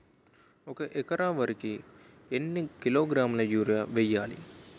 ఒక ఎకర వరి కు ఎన్ని కిలోగ్రాముల యూరియా వెయ్యాలి?